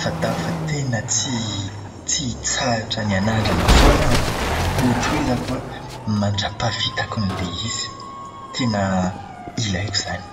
fa tafa tena tsy tsy hitsahatra ny hanadrana foana aho an, hotohizako an, mandra-pahavitako an'ilay izy. Tena ilaiko izany.